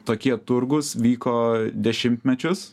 tokie turgūs vyko dešimtmečius